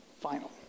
final